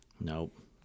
Nope